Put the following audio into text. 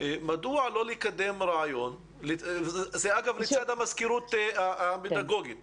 מדוע לא לקדם רעיון זה אגב לצד המזכירות הפדגוגית,